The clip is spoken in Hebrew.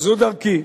זו דרכי.